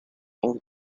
own